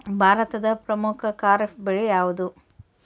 ಭಾರತದ ಪ್ರಮುಖ ಖಾರೇಫ್ ಬೆಳೆ ಯಾವುದು?